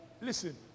listen